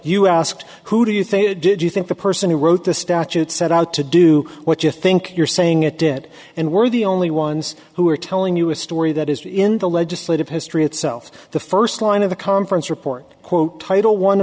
you asked who do you think did you think the person who wrote the statute set out to do what you think you're saying it did and we're the only ones who are telling you a story that is in the legislative history itself the first line of the conference report quote title one